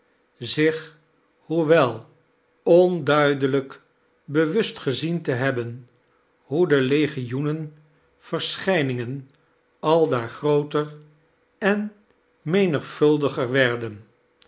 zich hoewel onduidelijk bewust gezien te hebben hoe de legioenen verschijningen aldaar grooteir en menigvuldiger werden